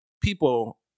people